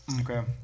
Okay